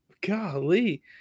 golly